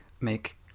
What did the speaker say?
make